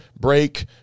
break